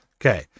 Okay